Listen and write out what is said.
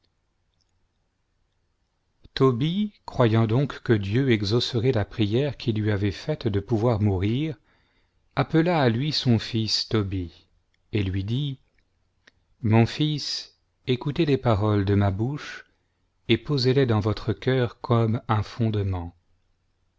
tobie croyant donc que dieu exaucerait la prière qu'il lui avait faite de pouvoir mourir appela à lui son fila tobie et lui dit mon fils écoutez les paroles de ma bouche et posez-les dans votre cœur comme un fondement